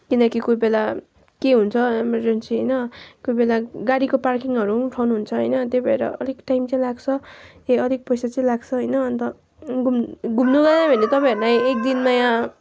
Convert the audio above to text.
किनकि कोही बेला के हुन्छ इमर्जेन्सी होइन कोही बेला गाडीको पार्किङहरू पनि उठाउनुहुन्छ होइन त्यही भएर अलिक टाइम चाहिँ लाग्छ ए अलिक पैसा चाहिँ लाग्छ होइन अन्त घुम्नु गयो भने तपाईँहरूलाई एक दिनमा यहाँ